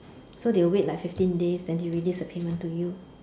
so they will wait like fifteen days then they release the payment to you